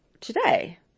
today